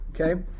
Okay